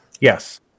Yes